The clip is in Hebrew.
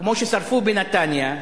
כמו ששרפו בנתניה,